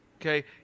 Okay